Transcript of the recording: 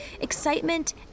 excitement